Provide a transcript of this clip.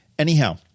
Anyhow